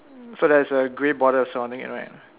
so there's a gray border surrounding it right